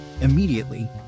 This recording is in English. Immediately